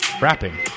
rapping